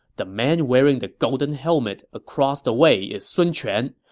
the man wearing the golden helmet across the way is sun quan.